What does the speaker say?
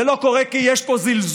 זה לא קורה כי יש פה זלזול,